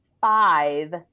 five